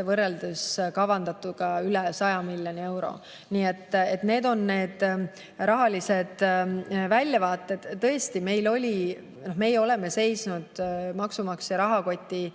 võrreldes kavandatuga üle 100 miljoni euro. Nii et need on need rahalised väljavaated. Tõesti, meie oleme seisnud maksumaksja rahakoti